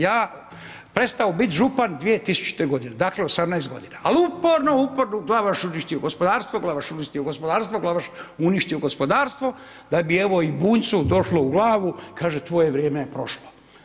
Ja prestao biti župan 2000., dakle 18 godina, ali uporno, uporno, Glavaš uništio gospodarstvo, Glavaš uništio gospodarstvo, Glavaš uništio gospodarstvo, da bi evo i Bunjcu došlo u glavu, kaže tvoje vrijeme je prošlo.